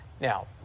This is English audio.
Now